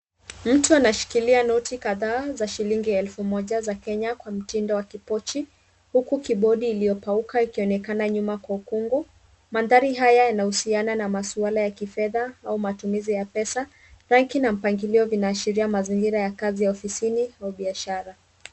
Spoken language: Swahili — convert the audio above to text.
Mtu anashikilia noti kadhaa za shilingi elfu moja za Kenya kwa mtindo wa kipochi huku kibodi iliyopauka ikionekana nyuma kwa ukungu. Mandhari haya yanahusiana na masuala ya kifedha au matumizi ya pesa. Ranki na mpangilio vinaashiria mazingira ya kazi ya ofisini au biashara.